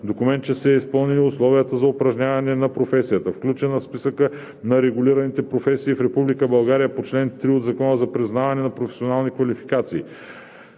документ, че са изпълнени условията за упражняване на професия, включена в Списъка на регулираните професии в Република България по чл. 3 от Закона за признаване на професионални квалификации;